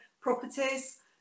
properties